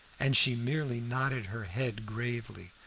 and she merely nodded her head gravely,